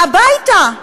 הביתה.